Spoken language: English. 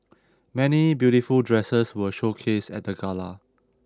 many beautiful dresses were showcased at the gala